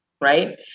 right